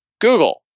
Google